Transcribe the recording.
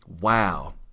wow